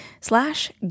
slash